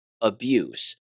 abuse